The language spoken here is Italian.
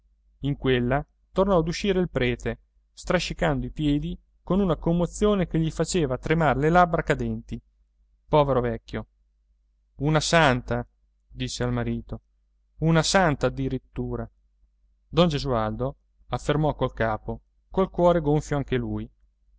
in quella tornò ad uscire il prete strascicando i piedi con una commozione che gli faceva tremar le labbra cadenti povero vecchio una santa disse al marito una santa addirittura don gesualdo affermò col capo col cuore gonfio anche lui